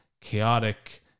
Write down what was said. chaotic